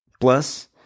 Plus